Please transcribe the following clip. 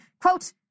quote